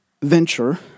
Venture